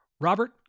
Robert